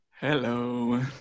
Hello